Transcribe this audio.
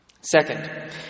Second